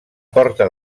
porta